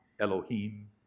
Elohim